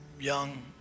young